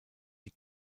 die